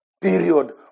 period